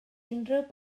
unrhyw